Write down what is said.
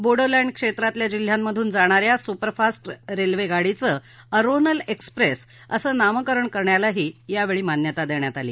Bodo land क्षेत्रातल्या जिल्ह्यांमधून जाणा या सुपरफास रेल्वे गाडीचं अरोनल एक्सप्रेस असं नामकरण करण्यालाही यावेळी मान्यता देण्यात आली